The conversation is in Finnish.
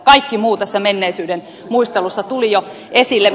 kaikki muu tässä menneisyyden muistelussa tuli jo esille